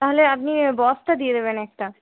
তাহলে আপনি বস্তা দিয়ে দেবেন একটা